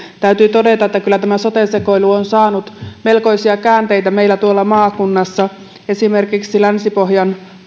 täytyy todeta että kyllä tämä sote sekoilu on saanut melkoisia käänteitä meillä tuolla maakunnassa esimerkiksi länsi pohjan